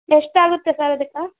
ಎಷ್ಟು ಆಗುತ್ತೆ ಸರ್ ಅದಕ್ಕೆ